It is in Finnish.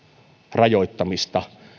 rajoittamista